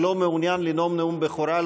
מי שלא מעוניין לנאום נאום בכורה,